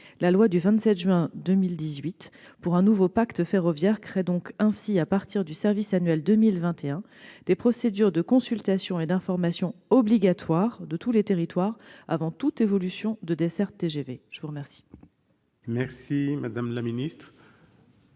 La loi du 27 juin 2018 pour un nouveau pacte ferroviaire crée ainsi, à partir du service annuel 2021, des procédures de consultation et d'information obligatoires des territoires avant toute évolution de desserte TGV. La parole est à Mme Sabine